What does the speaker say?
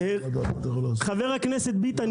חבר הכנסת ביטן,